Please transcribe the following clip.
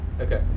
Okay